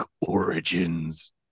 origins